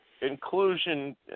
Inclusion